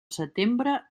setembre